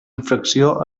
infracció